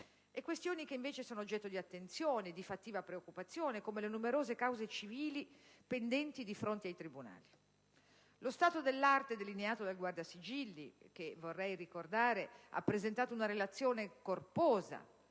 questioni che sono oggetto di attenzione, di fattiva preoccupazione, come le numerose cause civili pendenti di fronte ai tribunali. Lo stato dell'arte delineato dal Guardasigilli, che - vorrei ricordare - ha presentato una relazione corposa,